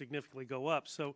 significantly go up so